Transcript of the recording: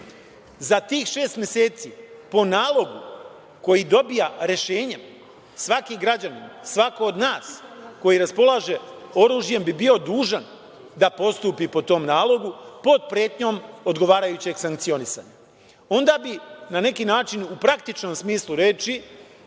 tih šest meseci, po nalogu koji dobija rešenjem, svaki građanin, svako od nas koji raspolaže oružjem bi bio dužan da postupi po tom nalogu pod pretnjom odgovarajućeg sankcionisanja. Onda bi na neki način u praktičnom smislu reči